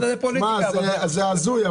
זה הזוי.